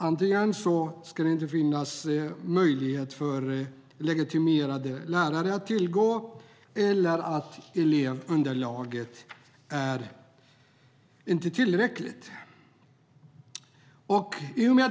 Antingen ska det inte finnas legitimerade lärare att tillgå eller så ska elevunderlaget vara otillräckligt.